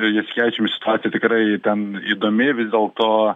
jasikevičium situacija tikrai ten įdomi vis dėlto